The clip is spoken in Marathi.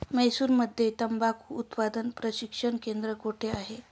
म्हैसूरमध्ये तंबाखू उत्पादन प्रशिक्षण केंद्र कोठे आहे?